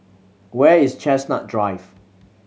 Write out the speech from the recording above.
where is Chestnut Drive